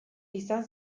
izan